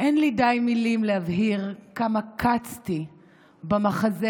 אין לי די מילים להבהיר כמה קצתי במחזה